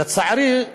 לצערי,